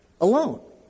alone